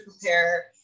prepare